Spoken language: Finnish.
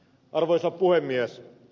arvoisa puhemies